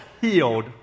healed